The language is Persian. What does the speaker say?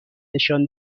نشان